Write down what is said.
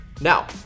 now